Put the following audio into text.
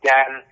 Dan